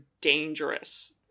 dangerous